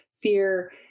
fear